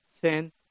sin